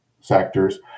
sectors